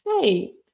hey